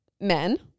men